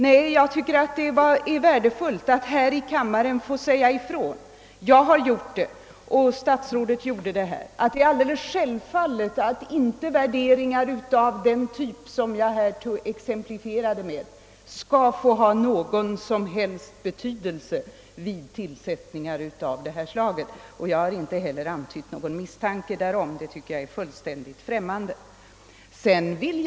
Nej, jag tycker det är värdefullt att här i kammaren få säga ifrån — jag har gjort det och statsrådet gjorde det — att det är alldeles självfallet att inte värderingar av den typ som jag exemplifierade med skall få ha någon som helst betydelse vid tillsättningar av detta slag. Jag har inte heller antytt någon misstanke därom — det vore för orimligt att sådant skulle kunna förekomma.